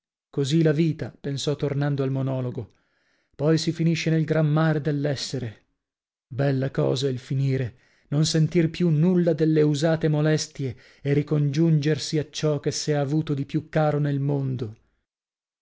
così la vita pensò tornando al monologo poi si finisce nel gran mare dell'essere bella cosa il finire non sentir più nulla delle usate molestie e ricongiungersi a ciò che s'è avuto di più caro nel mondo